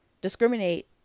discriminate